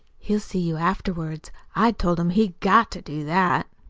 he'll see you afterwards. i told him he'd got to do that.